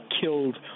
killed